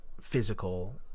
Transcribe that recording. physical